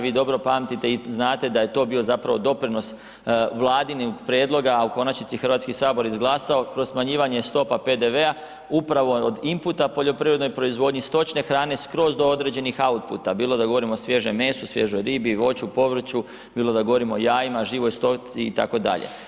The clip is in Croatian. Vi dobro pamtite i znate da je to bio zapravo doprinos Vladinih prijedloga, a u konačnici Hrvatski sabor izglasao kroz smanjivanje stopa PDV-a upravo od inputa poljoprivrednoj proizvodnji stočne hrane skroz do određenih outputa bilo da govorimo o svježem mesu, svježoj ribi, voću, povrću, bilo da govorimo o jajima, živoj stoci itd.